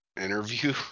interview